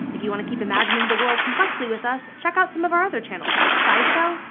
if you wanna keep imagining the world complexly with us, check out some of our other channels, like scishow,